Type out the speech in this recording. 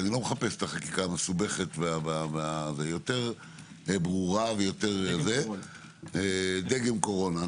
אני לא מחפש את החקיקה המסובכת אלא שתהיה ברורה דגם קורונה.